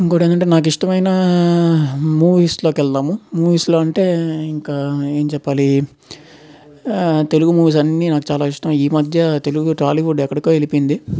ఇంకొకటి ఏంటంటే నాకు ఇష్టమైన మూవీస్లోకి వెళ్దాము మూవీస్లో అంటే ఇంకా ఏం చెప్పాలి తెలుగు మూవీస్ అన్ని నాకు చాలా ఇష్టం ఈ మధ్య తెలుగు టాలీవుడ్ ఎక్కడికో వెళ్లిపోయింది